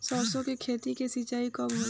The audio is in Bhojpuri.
सरसों की खेती के सिंचाई कब होला?